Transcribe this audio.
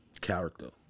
Character